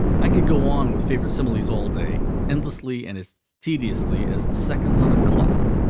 i could go on with favorite similes all day, endlessly and as tediously as the seconds on a clock,